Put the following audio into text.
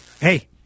Hey